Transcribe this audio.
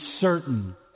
certain